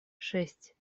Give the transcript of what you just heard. шесть